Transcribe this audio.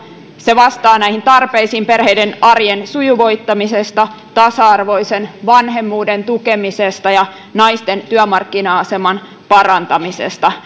se vastaa näihin tarpeisiin perheiden arjen sujuvoittamisesta tasa arvoisen vanhemmuuden tukemisesta ja naisten työmarkkina aseman parantamisesta